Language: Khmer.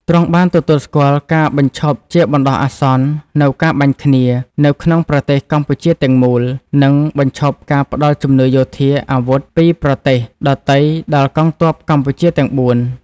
ទ្រង់បានទទួលស្គាល់ការបញ្ឈប់ជាបណ្តោះអាសន្ននូវការបាញ់គ្នា នៅក្នុងប្រទេសកម្ពុជាទំាំងមូល និងបញ្ឈប់ការផ្តល់ជំនួយយោធា អាវុធ ពីប្រទេសដទៃដល់កងទ័ពកម្ពុជាទំាងបួន។